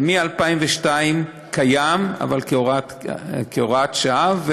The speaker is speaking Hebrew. זה קיים מ-2002 כהוראת שעה,